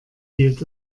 hielt